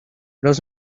los